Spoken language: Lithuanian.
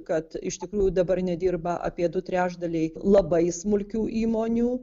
kad iš tikrųjų dabar nedirba apie du trečdaliai labai smulkių įmonių